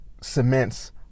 cements